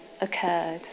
occurred